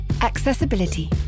accessibility